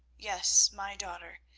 yes, my daughter,